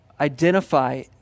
identify